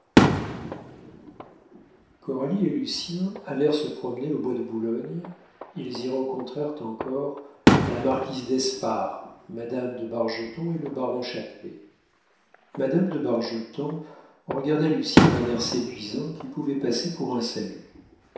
et lucien allèrent se promener au bois de boulogne ils y rencontrèrent encore la marquise d'espard madame de bargeton et le baron châtelet madame de bargeton regarda lucien d'un air séduisant qui pouvait passer pour un salut